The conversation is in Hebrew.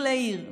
מעיר לעיר,